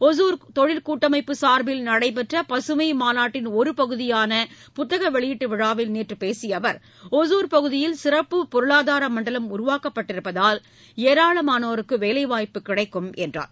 ஒசூர் தொழிற் கூட்டமைப்பு சார்பில் நடைபெற்ற பசுமை மாநாட்டின் ஒருபகுதியாக நடைபெற்ற புத்தக வெளியீட்டு விழாவில் நேற்று பேசிய அவர் ஒசூர் பகுதியில் சிறப்புப் பொருளாதார மண்டலம் உருவாக்கப்பட்டிருப்பதால் ஏராளமானோருக்கு வேலை வாய்ப்பு கிடைக்கும் என்று கூறினார்